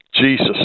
Jesus